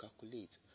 calculate